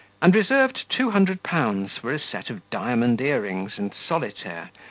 and reserved two hundred pounds for a set of diamond ear-rings and solitaire,